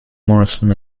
morrison